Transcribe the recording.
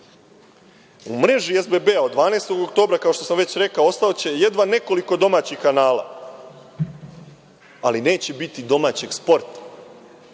mreži SBB-a od 12. oktobra, kao što sam već rekao, ostaće jedva nekoliko domaćih kanala, ali neće biti domaćeg sporta,